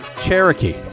Cherokee